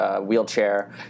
wheelchair